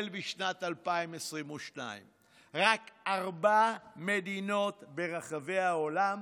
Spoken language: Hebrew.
בשנת 2022. רק ארבע מדינות ברחבי העולם.